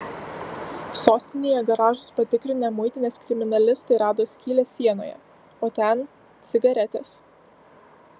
sostinėje garažus patikrinę muitinės kriminalistai rado skylę sienoje o ten cigaretės